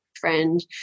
friend